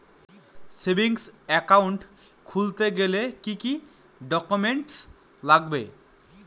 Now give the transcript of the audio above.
Savings account খুলতে গেলে কি কি ডকুমেন্টস লাগবে?